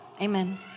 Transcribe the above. Amen